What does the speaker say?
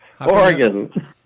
Oregon